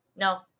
No